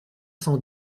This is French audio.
cent